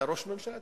אתה ראש הממשלה,